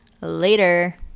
Later